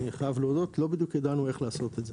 אני חייב להודות שלא בדיוק ידענו איך לעשות את זה.